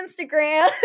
Instagram